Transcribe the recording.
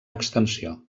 extensió